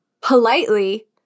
politely